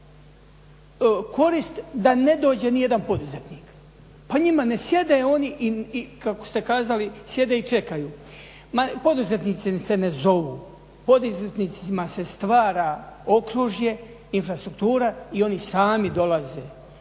korist da ne dođe ni jedan poduzetnik. Pa njima ne sjedaju oni i kako ste kazali sjede i čekaju. Ma poduzetnici se ne zovu, poduzetnicima se stvara okružje, infrastruktura i oni sami dolaze.